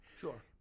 Sure